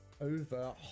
over